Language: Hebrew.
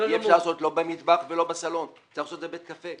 אי אפשר לעשות את זה לא במטבח ולא בסלון אלא בבתי קפה.